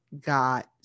got